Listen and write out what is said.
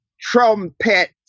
trumpet